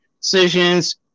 decisions